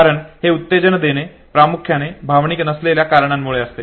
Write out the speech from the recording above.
कारण हे उत्तेजन देणे प्रामुख्याने भावनिक नसलेल्या कारणांमुळे असते